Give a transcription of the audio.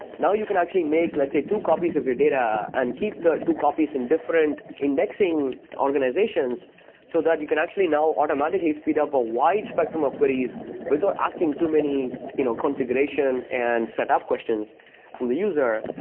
now you can actually make, let's say, two copies of your data and keep the two copies in different indexing organizations so that you can actually now automatically speed up a wide spectrum of queries without asking too many you know configuration and setup questions from the user.